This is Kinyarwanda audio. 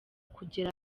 kugera